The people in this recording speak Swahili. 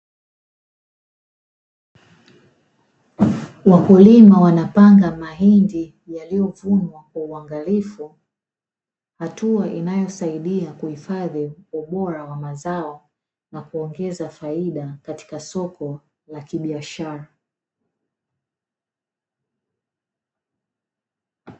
Wakulima wanapanga mahindi yaliyovunwa kwa uangalifu, hatua inayosaidia kuhifadhi ubora wa mazao na kuongeza faida katika soko la kibiashara.